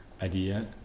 idea